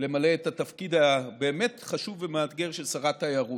למלא את התפקיד הבאמת-חשוב ומאתגר של שרת תיירות.